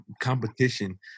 competition